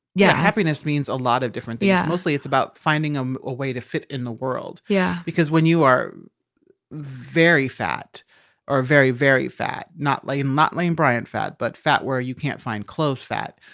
yeah, happiness means a lot of different things. yeah mostly it's about finding um a way to fit in the world. yeah, because when you are very fat or very, very fat, not lane, not lane bryant fat, but fat where you can't find clothes fat.